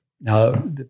Now